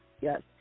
Yes